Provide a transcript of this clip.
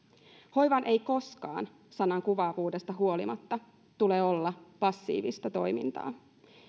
hoivan ei koskaan sanan kuvaavuudesta huolimatta tule olla passiivista toimintaa